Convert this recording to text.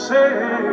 Say